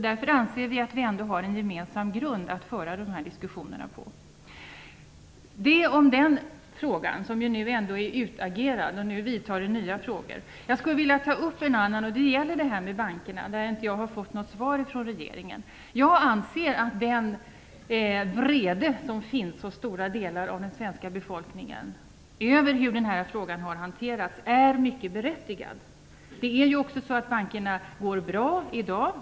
Därför anser vi att det ändå finns en gemensam grund att föra dessa diskussioner på. Detta ville jag säga om den här frågan. Den är ändå utagerad. Nu vidtar nya frågor. Jag skulle vilja ta upp en annan. Den gäller bankerna. Jag har inte fått något svar från regeringen. Jag anser att den vrede som finns hos stora delar av den svenska befolkningen över hur den frågan har hanterats är mycket berättigad. Bankerna går bra i dag.